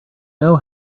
know